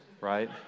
right